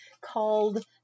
called